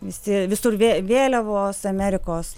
visi visur vė vėliavos amerikos